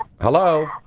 hello